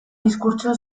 diskurtso